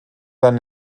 sein